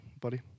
buddy